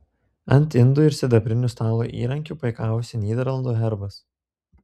ant indų ir sidabrinių stalo įrankių puikavosi nyderlandų herbas